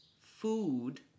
Food